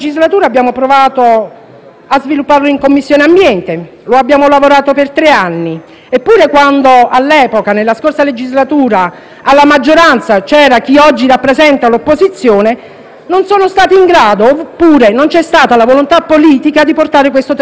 a svilupparlo in Commissione ambiente; abbiamo lavorato per tre anni, eppure all'epoca, nella scorsa legislatura, la maggioranza - che oggi rappresenta l'opposizione - non è stata in grado, oppure non c'è stata la volontà politica, di portare il disegno di legge in